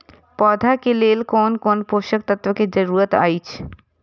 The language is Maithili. पौधा के लेल कोन कोन पोषक तत्व के जरूरत अइछ?